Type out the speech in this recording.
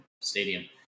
stadium